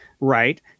right